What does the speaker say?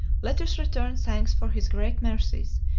let us return thanks for his great mercies,